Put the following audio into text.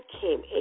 came